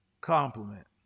compliment